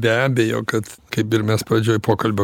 be abejo kad kaip ir mes pradžioj pokalbio